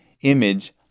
image